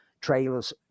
trailers